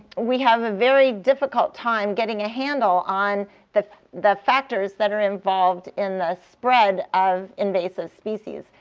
we have a very difficult time getting a handle on the the factors that are involved in the spread of invasive species.